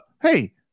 hey